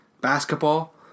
Basketball